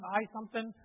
i-something